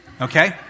okay